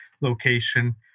location